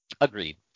agreed